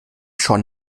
schon